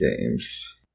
games